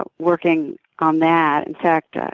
but working on that. in fact,